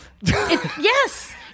yes